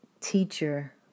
teacher